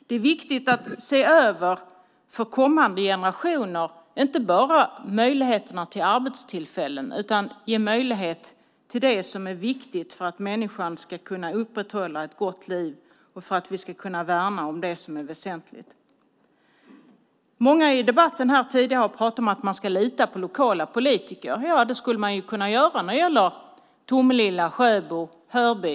Det är viktigt att se över för kommande generationer inte bara möjligheterna till arbetstillfällen utan också det som är viktigt för att människan ska kunna upprätthålla ett gott liv och för att vi ska kunna värna om det som är väsentligt. Många i debatten har tidigare pratat om att man ska lita på lokala politiker. Ja, det kan man göra när det gäller Tomelilla, Sjöbo och Hörby.